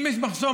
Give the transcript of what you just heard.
אם יש מחסום,